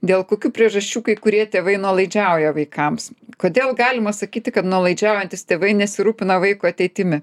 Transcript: dėl kokių priežasčių kai kurie tėvai nuolaidžiauja vaikams kodėl galima sakyti kad nuolaidžiaujantys tėvai nesirūpina vaiko ateitimi